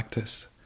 practice